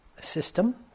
system